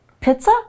pizza